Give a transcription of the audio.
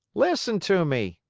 listen to me.